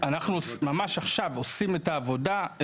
ממש עכשיו עושים את העבודה.